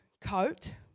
coat